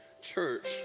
church